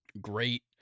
great